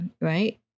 right